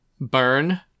Burn